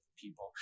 people